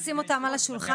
נשים אותם על השולחן.